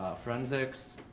forensics,